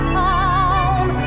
home